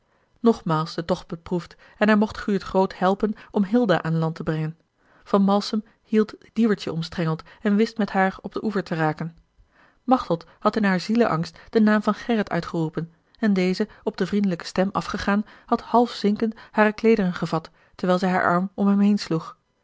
nogmaals den tocht beproefd en hij mocht guurt groot helpen om hilda aan land te brengen van malsem hield diewertje omstrengeld en wist met haar op den oever te raken machteld had in haar zieleangst den naam van gerrit uitgeroepen en deze op de vriendelijke stem afgegaan had half zinkend hare kleederen gevat terwijl zij haar arm om hem heensloeg